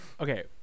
Okay